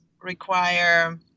require